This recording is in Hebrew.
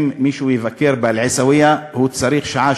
אם מישהו יבקר באל-עיסאוויה הוא צריך שעה,